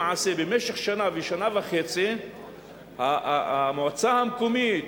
למעשה, במשך שנה או שנה וחצי המועצה המקומית,